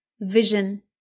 vision